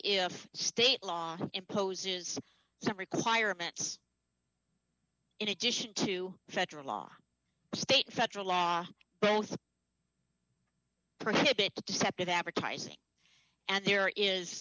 if state law imposes some requirements in addition to federal law state federal law both prohibit deceptive advertising and there is